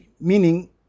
meaning